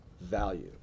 value